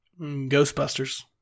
Ghostbusters